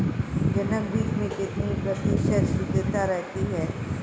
जनक बीज में कितने प्रतिशत शुद्धता रहती है?